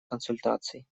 консультаций